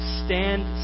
stand